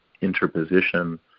interposition